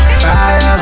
fire